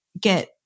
get